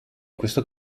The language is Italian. questo